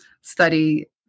study